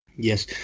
Yes